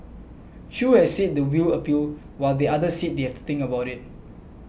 Chew has said the will appeal while the other said they have to think about it